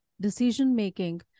decision-making